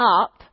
up